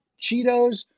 Cheetos